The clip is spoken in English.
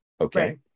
okay